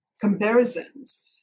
comparisons